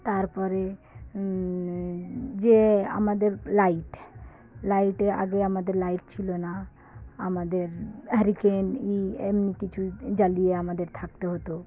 তার পরে যে আমাদের লাইট লাইটে আগে আমাদের লাইট ছিল না আমাদের হ্যারিকেন ইয়ে এমনি কিছু জ্বালিয়ে আমাদের থাকতে হতো